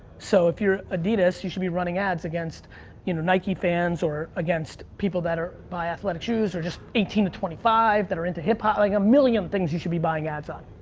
so, if you're adidas, you should be running ads against you know nike fans or against people that are, buy athletic shoes or just eighteen to twenty five that are into hip hop. like a million things you should be buying ads on.